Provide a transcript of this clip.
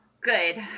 Good